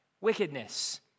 Wickedness